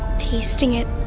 tasting it,